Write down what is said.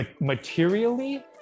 Materially